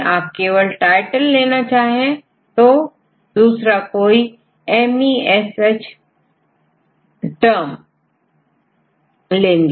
आप केवल टाइटल चाहते हैं या कुछ और आपMESH का उपयोग करेंगे